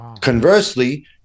Conversely